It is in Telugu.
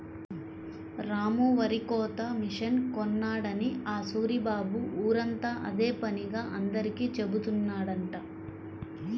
రాము వరికోత మిషన్ కొన్నాడని ఆ సూరిబాబు ఊరంతా అదే పనిగా అందరికీ జెబుతున్నాడంట